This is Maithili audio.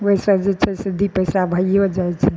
ओहिसँ जे छै से दुइ पैसा भैयो जाइ छै